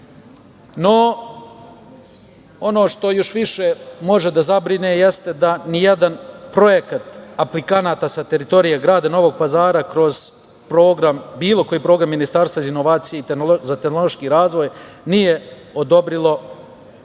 ono što još više može da zabrine jeste da nijedan projekat aplikanata sa teritorije grada Novog Pazara kroz program, bilo koji program Ministarstva za inovacije i tehnološki razvoj, nije odobrilo za